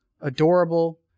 adorable